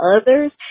others